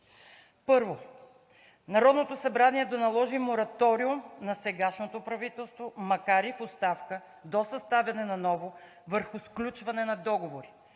Първо, Народното събрание да наложи мораториум на сегашното правителство – макар и в оставка, до съставяне на ново, върху сключване на договори